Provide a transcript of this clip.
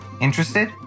Interested